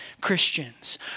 Christians